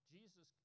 Jesus